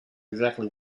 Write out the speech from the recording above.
exactly